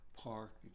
Park